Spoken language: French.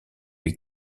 lui